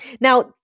now